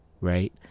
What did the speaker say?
right